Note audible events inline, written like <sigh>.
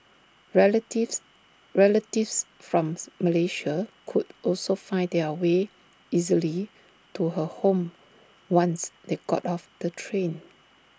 relatives relatives from <unintelligible> Malaysia could also find their way easily to her home once they got off the train